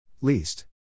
least